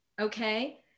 okay